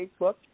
Facebook